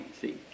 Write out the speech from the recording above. See